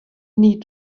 need